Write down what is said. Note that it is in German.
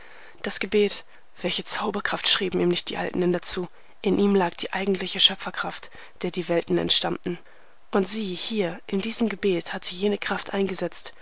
das gebet welche zauberkraft schrieben ihm nicht die alten inder zu in ihm lag die eigentliche schöpferkraft der die welten entstammen und sieh hier in diesem gebet hatte jene kraft eingesetzt